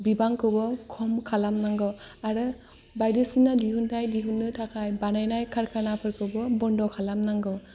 बिबांखौबो खम खालामनांगौ आरो बायदिसिना दिहुनथाय दिहुननो थाखाय बानायनाय खारखानाफोरखौबो बन्द खालामनांगौ